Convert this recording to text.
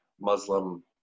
Muslim